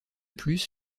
plus